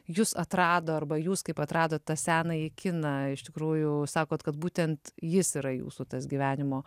jus atrado arba jūs kaip atradot tą senąjį kiną iš tikrųjų sakot kad būtent jis yra jūsų tas gyvenimo